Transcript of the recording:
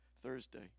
Thursday